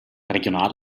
regional